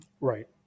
Right